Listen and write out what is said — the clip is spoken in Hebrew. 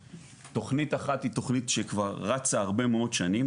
תוכנית אחת היא תוכנית שכבר רצה הרבה מאוד שנים,